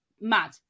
Mad